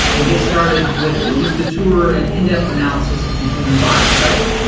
and get started with just the tour and in-depth analysis of the human body, right?